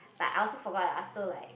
but I also forgot lah so like